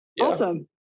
awesome